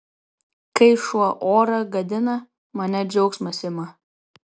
kai šuo orą gadina mane džiaugsmas ima